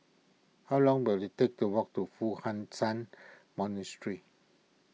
how long will it take to walk to Foo Hai Ch'an Monastery